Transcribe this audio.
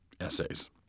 essays